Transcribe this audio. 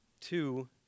two